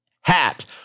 hat